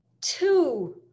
two